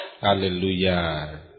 Hallelujah